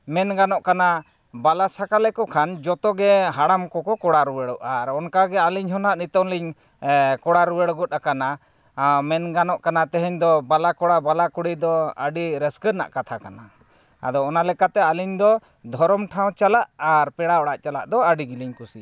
ᱢᱮᱱ ᱜᱟᱱᱚᱜ ᱠᱟᱱᱟ ᱵᱟᱞᱟ ᱥᱟᱠᱟ ᱞᱮᱠᱚ ᱠᱷᱟᱱ ᱡᱚᱛᱚ ᱜᱮ ᱦᱟᱲᱟᱢ ᱠᱚ ᱠᱚ ᱠᱚᱲᱟ ᱨᱩᱣᱟᱹᱲᱚᱜᱼᱟ ᱟᱨ ᱚᱱᱠᱟ ᱜᱮ ᱟᱹᱞᱤ ᱦᱚᱸ ᱱᱟᱦᱟᱸᱜ ᱱᱤᱛᱚᱜ ᱞᱤᱧ ᱠᱚᱲᱟ ᱨᱩᱣᱟᱹᱲ ᱠᱚᱫ ᱠᱟᱱᱟ ᱟᱨ ᱢᱮᱱ ᱜᱟᱱᱚᱜ ᱠᱟᱱᱟ ᱛᱮᱦᱮᱧ ᱫᱚ ᱵᱟᱞᱟ ᱠᱚᱲᱟ ᱵᱟᱞᱟ ᱠᱩᱲᱤ ᱫᱚ ᱟᱹᱰᱤ ᱨᱟᱹᱥᱠᱟᱹ ᱨᱮᱱᱟᱜ ᱠᱟᱛᱷᱟ ᱠᱟᱱᱟ ᱟᱫᱚ ᱚᱱᱟ ᱞᱮᱠᱟᱛᱮ ᱟᱹᱞᱤᱧ ᱫᱚ ᱫᱷᱚᱨᱚᱢ ᱴᱷᱟᱶ ᱪᱟᱞᱟᱜ ᱟᱨ ᱯᱮᱲᱟ ᱚᱲᱟᱜ ᱪᱟᱞᱟᱜ ᱫᱚ ᱟᱹᱰᱤ ᱜᱮᱞᱤᱧ ᱠᱩᱥᱤᱭᱟᱜᱼᱟ